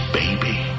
baby